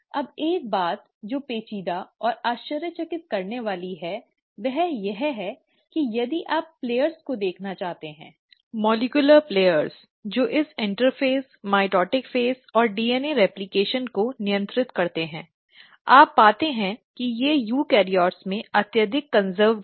अब एक बात जो पेचीदा और आश्चर्यचकित करने वाली है वह यह है कि यदि आप प्लेयर्स को देखना चाहते हैं आणविक प्लेयर्स जो इस इंटरस्पेस माइटोटिक चरण और DNA रेप्लिकेशॅन को नियंत्रित करते हैं आप पाते हैं कि ये यूकेरियोट्स में अत्यधिक संरक्षित हैं